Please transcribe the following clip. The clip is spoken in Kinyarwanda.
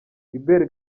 hubert